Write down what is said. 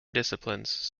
disciplines